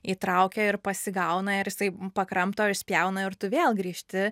įtraukia ir pasigauna ir jisai pakramto ir išspjauna ir tu vėl grįžti